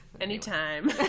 anytime